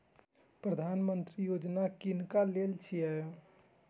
प्रधानमंत्री यौजना किनका लेल छिए?